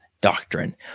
doctrine